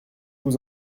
vous